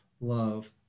love